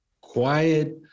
quiet